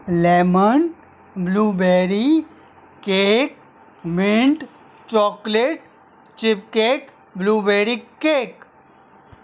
lemon blueberry cake mint chocolate chip cake blueberry cake